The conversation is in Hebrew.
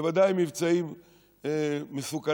בוודאי מבצעים מסוכנים,